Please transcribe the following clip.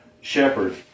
shepherd